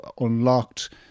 unlocked